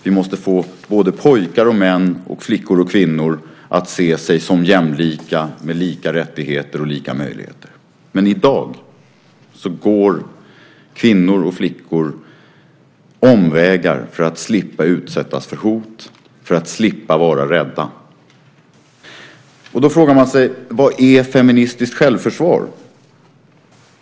Vi måste få både pojkar och män liksom flickor och kvinnor att se sig som jämlika, med lika rättigheter och lika möjligheter. Men i dag går kvinnor och flickor omvägar för att slippa utsättas för hot, för att slippa vara rädda. Då frågar man sig vad feministiskt självförsvar är.